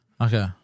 Okay